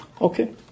Okay